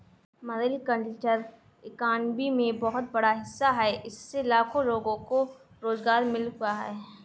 marine culture economy में बहुत बड़ा हिस्सा है इससे लाखों लोगों को रोज़गार मिल हुआ है